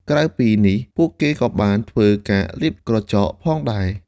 ក្រៅពីនេះ ពួកគេក៏បាន ធ្វើឬលាបក្រចក ផងដែរ។